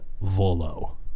Volo